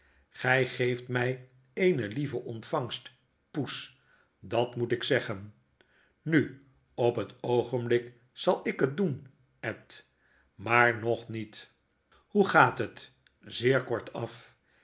grtj geeft my eene lieve ontvangst poes dat moet ik zeggen nu op het oogenblik zal ik het doen ed maar ng niet hoe gaat het zeerkortaf ik